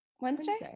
Wednesday